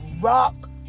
rock